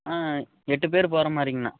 ஆ எட்டு பேர் போகிற மாதிரிங்கண்ணா